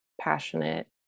passionate